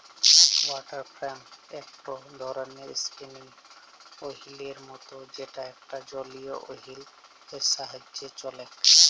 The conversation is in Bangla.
ওয়াটার ফ্রেম একটো ধরণের স্পিনিং ওহীলের মত যেটা একটা জলীয় ওহীল এর সাহায্যে চলেক